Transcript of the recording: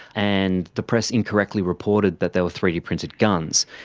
and the press incorrectly reported that they were three d printed guns.